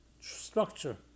Structure